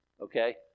Okay